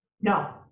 No